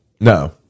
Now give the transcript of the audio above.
No